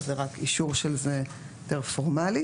אז זה רק אישור של זה יותר פורמלי.